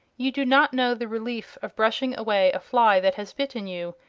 you do not know the relief of brushing away a fly that has bitten you,